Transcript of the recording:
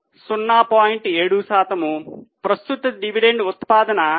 7 శాతము ప్రస్తుత డివిడెండ్ ఉత్పాదన